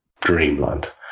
dreamland